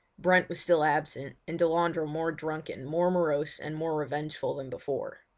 brent was still absent, and delandre more drunken, more morose, and more revengeful than before.